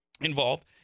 involved